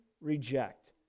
reject